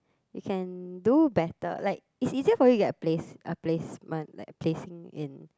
you can do better like it's easier for you to get a place a placement like a placing in